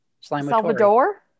Salvador